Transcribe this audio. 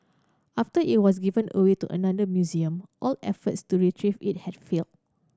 after it was given away to another museum all efforts to retrieve it had failed